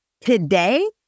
Today